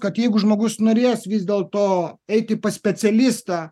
kad jeigu žmogus norės vis dėlto eiti pas specialistą